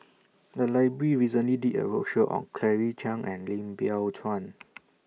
The Library recently did A roadshow on Claire Chiang and Lim Biow Chuan